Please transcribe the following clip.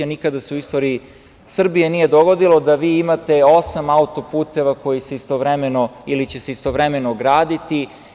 Nikada se u istoriji Srbije nije dogodilo da vi imate osam autoputeva koji se istovremeno ili će se istovremeno graditi.